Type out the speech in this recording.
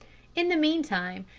in the mean time,